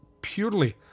purely